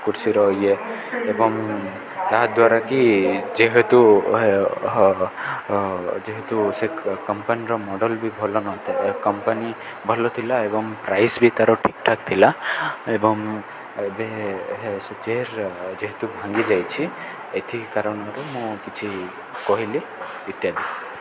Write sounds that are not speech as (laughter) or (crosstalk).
କୁର୍ଷୀର ଇଏ ଏବଂ ତାହାଦ୍ୱାରା କି ଯେହେତୁ ଯେହେତୁ ସେ କମ୍ପାନୀର ମଡ଼େଲ୍ ବି ଭଲ ନ (unintelligible) କମ୍ପାନୀ ଭଲ ଥିଲା ଏବଂ ପ୍ରାଇସ୍ ବି ତା'ର ଠିକ୍ଠାକ୍ ଥିଲା ଏବଂ ଏବେ ହେ ସେ ଚେୟାର୍ ଯେହେତୁ ଭାଙ୍ଗି ଯାଇଛି ଏଥି କାରଣରୁ ମୁଁ କିଛି କହିଲି ଇତ୍ୟାଦି